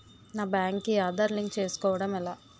నా బ్యాంక్ కి ఆధార్ లింక్ చేసుకోవడం ఎలా?